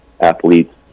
athletes